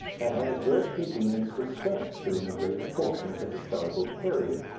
that has virtually been in suspense during the greater portion of the historical period.